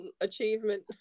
achievement